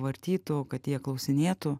vartytų kad jie klausinėtų